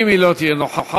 אם היא לא תהיה נוכחת,